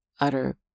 utter